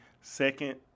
second –